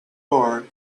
bar